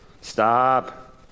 stop